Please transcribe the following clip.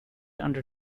under